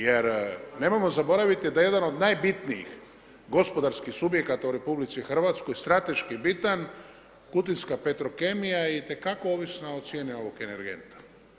Jer nemojmo zaboraviti da je jedan od najbitnijih gospodarskih subjekata u RH strateški bitan, kutinska Petrokemija je itekako ovisna o cijeni ovog energenta.